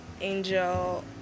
Angel